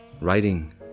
writing